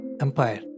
empire